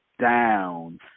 down